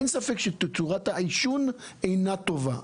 אין ספק שתצורת העישון אינה טובה,